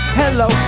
hello